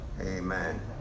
Amen